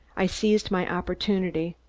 i seized my opportunity.